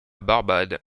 barbade